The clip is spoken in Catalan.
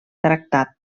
tractat